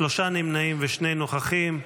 שלושה נמנעים ושני נוכחים.